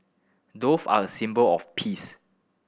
dove are a symbol of peace